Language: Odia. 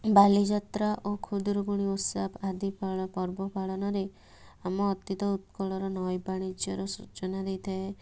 ବାଲିଯାତ୍ରା ଓ ଖୁଦୁରୁକୁଣୀ ଓଷା ଆଦି ପାଳ ପର୍ବ ପାଳନରେ ଆମ ଅତୀତ ଉତ୍କଳର ନୈବାଣିଜ୍ୟର ସୂଚନା ଦେଇଥାଏ